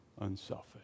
unselfish